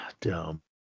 Dumb